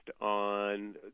on